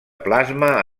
plasma